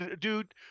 dude